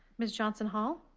ms. johnson hall.